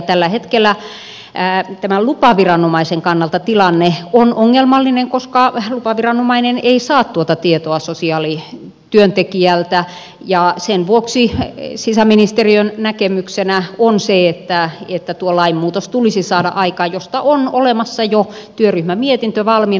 tällä hetkellä lupaviranomaisen kannalta tilanne on ongelmallinen koska lupaviranomainen ei saa tuota tietoa sosiaalityöntekijältä ja sen vuoksi sisäministeriön näkemyksenä on se että tuo lainmuutos tulisi saada aikaan josta on olemassa jo työryhmämietintö valmiina